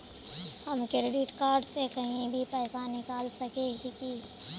हम credit card से कहीं भी पैसा निकल सके हिये की?